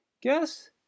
Guess